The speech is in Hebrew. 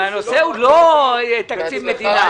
הנושא הוא לא תקציב מדינה.